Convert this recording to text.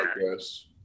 yes